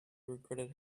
regretted